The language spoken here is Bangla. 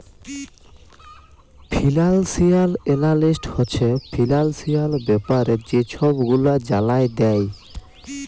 ফিলালশিয়াল এলালিস্ট হছে ফিলালশিয়াল ব্যাপারে যে ছব গুলা জালায় দেই